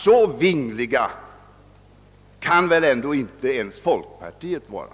Så vingligt kan inte ens folkpartiet vara.